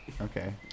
Okay